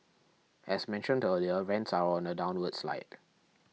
as mentioned earlier rents are on a downward slide